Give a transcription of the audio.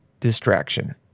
distraction